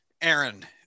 Aaron